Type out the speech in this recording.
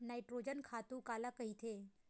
Nitrogen खातु काला कहिथे?